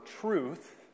truth